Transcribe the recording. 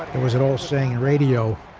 there was an old saying radio,